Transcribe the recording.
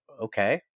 okay